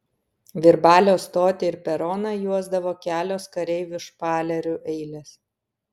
virbalio stotį ir peroną juosdavo kelios kareivių špalerių eilės